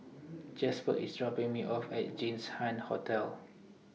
Jasper IS dropping Me off At Jinshan Hotel